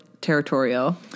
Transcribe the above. territorial